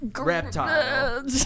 reptile